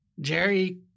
jerry